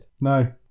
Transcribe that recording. No